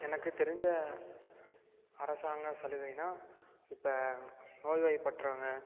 எனக்கு தெரிஞ்ச அரசாங்க சலுகைன்னா இப்போ நோய்வாய் பற்றவங்க